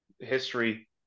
history